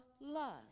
lust